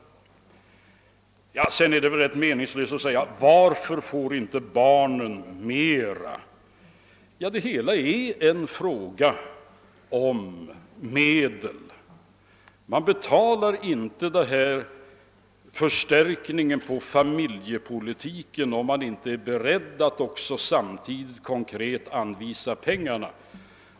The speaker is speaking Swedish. Det är väl rätt meningslöst att fråga: Varför får inte barnen mera? Det hela är en fråga om medel. Man gör inte en sådan förstärkning av familjepolitiken om man inte är beredd att samtidigt anvisa pengarna.